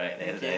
okay